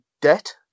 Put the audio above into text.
Debt